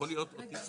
יכולה להיות בתקנות.